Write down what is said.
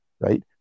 right